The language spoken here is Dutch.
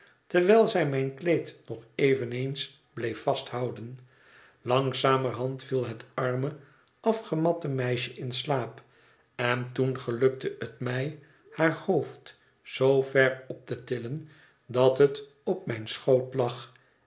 terwijl zij mijn kleed nog eveneens bleef vasthouden langzamerhand viel het arme afgematte meisje in slaap en toen gelukte het mij haar hoofd zoover op te tillen dat het op mijn schoot lag